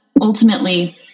ultimately